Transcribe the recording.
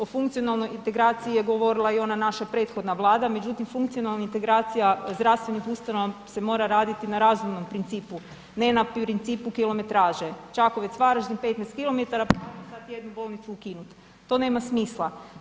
O funkcionalnoj integraciji je govorila i ona naša prethodna Vlada, međutim funkcionalna integracija zdravstvenih ustanova se mora raditi na razumnom principu, ne na principu kilometraže Čakovec-Varaždin 15 km pa ajmo sad jednu bolnicu ukinut, to nema smisla.